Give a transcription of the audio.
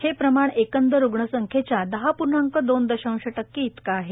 हे प्रमाण एकूण रुग्ण संख्येच्या दहा पूर्णांक दोन दशांश टक्के एवढं आहे